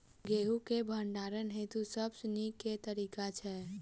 गेंहूँ केँ भण्डारण हेतु सबसँ नीक केँ तरीका छै?